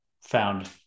found